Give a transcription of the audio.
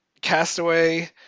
castaway